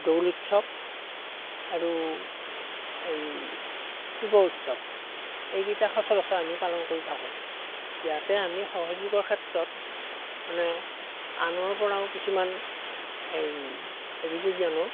দৌল উৎসৱ আৰু এই শিৱ উৎসৱ এইকেইটা সচৰাচৰ আমি পালন কৰি থাকোঁ ইয়াতে আমি সহযোগৰ ক্ষেত্ৰত মানে আনৰ পৰাও কিছুমান এই হেৰি কৰি আনো